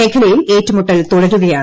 മേഖലയിൽ ഏറ്റുമുട്ടൽ തുടരുകയാണ്